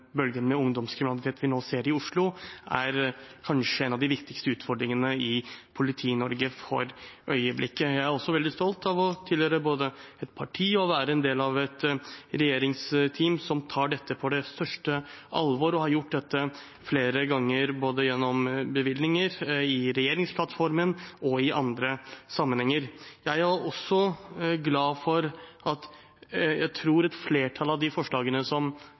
bølgen med ungdomskriminalitet vi nå ser i Oslo, er kanskje en av de viktigste utfordringene i Politi-Norge for øyeblikket. Jeg er også veldig stolt av både å tilhøre et parti og å være en del av et regjeringsteam som tar dette på det største alvor, og har gjort det flere ganger, både gjennom bevilgninger, i regjeringsplattformen og i andre sammenhenger. Jeg er også glad for at et flertall, tror jeg, av de forslagene som